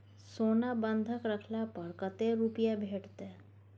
सोना बंधक रखला पर कत्ते रुपिया भेटतै?